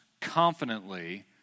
confidently